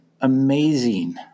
amazing